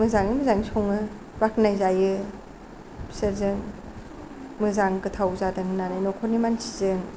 मोजाङै मोजाङै सङो बाखनायजायो बिसोरजों मोजां गोथाव जादों होननानै न'खरनि मानसिजों